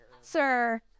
sir